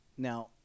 Now